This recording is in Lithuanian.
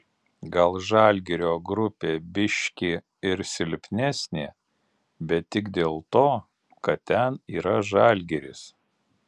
gal žalgirio grupė biški ir silpnesnė bet tik dėl to kad ten yra žalgiris